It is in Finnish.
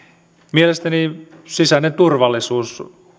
mielestäni sisäinen turvallisuus